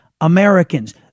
Americans